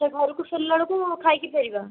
ସେ ଘରକୁ ଫେରିଲା ବେଳକୁ ଖାଇକି ଫେରିବା